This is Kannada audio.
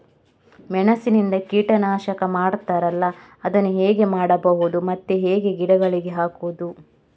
ಮೆಣಸಿನಿಂದ ಕೀಟನಾಶಕ ಮಾಡ್ತಾರಲ್ಲ, ಅದನ್ನು ಹೇಗೆ ಮಾಡಬಹುದು ಮತ್ತೆ ಹೇಗೆ ಗಿಡಗಳಿಗೆ ಹಾಕುವುದು?